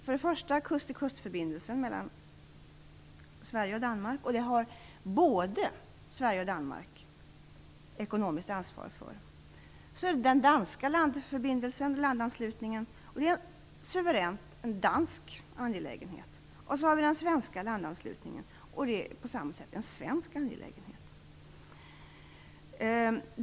För det första kust-till-kust-förbindelsen mellan Sverige och Danmark. Den har både Sverige och Danmark ekonomiskt ansvar för. För det andra den danska landanslutningen, och den är en suverän dansk angelägenhet. För det tredje den svenska landanslutningen som på samma sätt är en svensk angelägenhet.